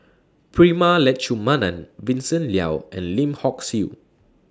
Prema Letchumanan Vincent Leow and Lim Hock Siew